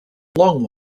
long